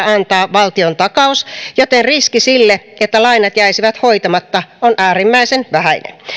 valtiontakaus joten riski sille että lainat jäisivät hoitamatta on äärimmäisen vähäinen